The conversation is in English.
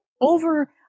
over